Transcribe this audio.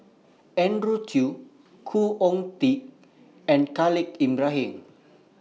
Andrew Chew Khoo Oon Teik and Khalil Ibrahim